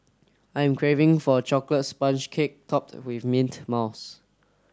I'm craving for a chocolate sponge cake topped with mint mouse